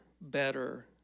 better